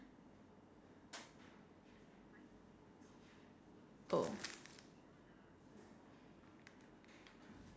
oh